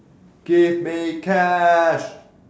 give me cash